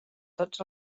tots